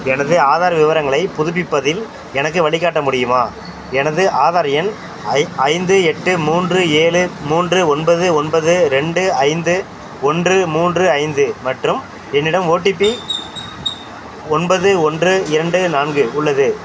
எனது ஆதார் விவரங்களைப் புதுப்பிப்பதில் எனக்கு வழிகாட்ட முடியுமா எனது ஆதார் எண் ஐ ஐந்து எட்டு மூன்று ஏழு மூன்று ஒன்பது ஒன்பது ரெண்டு ஐந்து ஒன்று மூன்று ஐந்து மற்றும் என்னிடம் ஓடிபி ஒன்பது ஒன்று இரண்டு நான்கு உள்ளது